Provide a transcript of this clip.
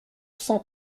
cent